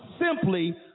simply